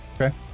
okay